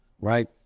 Right